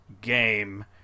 game